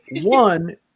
One